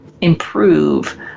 improve